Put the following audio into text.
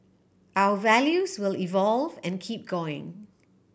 our values will evolve and keep going